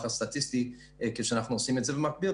הסטטיסטי כשאנחנו עושים את זה במקביל,